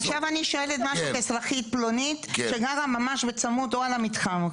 עכשיו אני שואלת משהו כאזרחית פלונית שגרה ממש בצמוד או על המתחם,